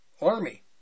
army